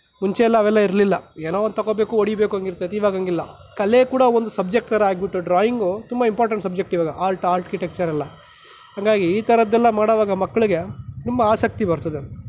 ಮುಂಚೆ ಎಲ್ಲ ಅವೆಲ್ಲ ಇರಲಿಲ್ಲ ಏನೋ ಒಂದು ತೋಗೋಬೇಕು ಹೊಡಿಬೇಕು ಹಂಗೆ ಇರ್ತಾಯಿತ್ತು ಈವಾಗ ಹಾಗಿಲ್ಲ ಕಲೆ ಕೂಡ ಒಂದು ಸಬ್ಜೆಕ್ಟ್ ಥರ ಆಗಿಬಿಟ್ಟು ಡ್ರಾಯಿಂಗು ತುಂಬ ಇಂಪಾರ್ಟೆನ್ಟ್ ಸಬ್ಜೆಕ್ಟ್ ಈವಾಗ ಆರ್ಟ್ ಆರ್ಕಿಟೆಕ್ಚರ್ ಎಲ್ಲ ಹಾಗಾಗಿ ಈ ಥರದ್ದೆಲ್ಲ ಮಾಡುವಾಗ ಮಕ್ಕಳಿಗೆ ತುಂಬ ಆಸಕ್ತಿ ಬರ್ತದೆ